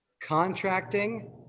contracting